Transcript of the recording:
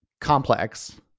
complex